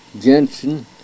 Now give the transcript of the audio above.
Jensen